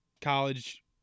college